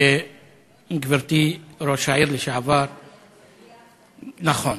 גברתי ראש העיר לשעבר, נכון.